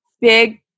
big